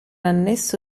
annesso